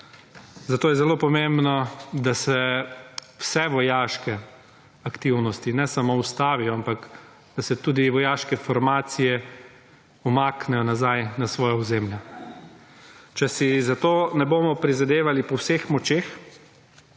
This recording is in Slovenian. Zato je zelo pomembno, da se vse vojaške aktivnosti, ne samo ustavijo, ampak da se tudi vojaške formacije umaknejo nazaj na svoja ozemlja. Če si za to ne bomo prizadevali po vseh močeh,